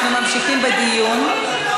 אנחנו ממשיכים בדיון.